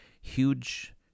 huge